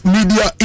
Media